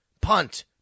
punt